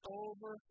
over